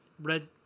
Red